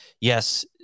yes